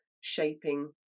shaping